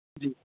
جی